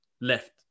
left